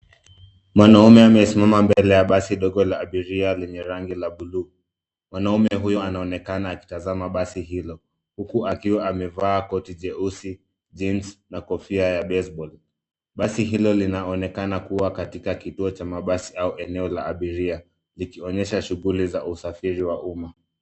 Mwanaume amesimama mbele ya basi ndogo la abiria lenye rangi ya bluu, Mwanaume huyu anaonekana akitazama basi hilo huku akiwa amevaa koti jeusi, jeans na kofia ya baseball . Basi hilo linaonekana kuwa katika kituo cha mabasi au eneo la abiria, likionyesha shughuli za usafiri wa umma.